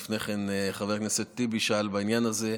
לפני כן גם חבר הכנסת טיבי שאל בעניין הזה,